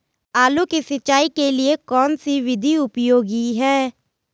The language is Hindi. आलू की सिंचाई के लिए कौन सी विधि उपयोगी है?